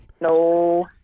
No